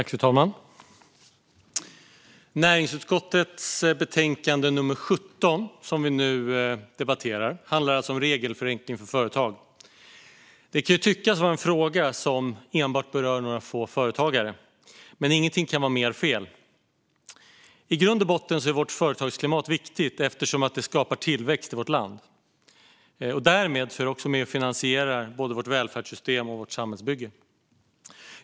Fru talman! Näringsutskottets betänkande nummer 17, som vi nu debatterar, handlar alltså om regelförenkling för företag. Det kan tyckas vara en fråga som enbart berör några få företagare, men ingenting kan vara mer fel. I grund och botten är vårt företagsklimat viktigt, eftersom det skapar tillväxt i vårt land. Därmed är det också med och finansierar både vårt välfärdssystem och vårt samhällsbygge.